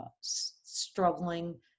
struggling